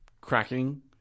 Cracking